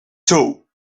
two